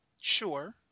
Sure